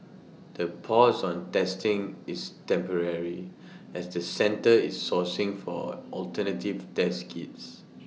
the pause on testing is temporary as the center is sourcing for alternative test kits